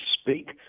speak